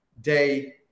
day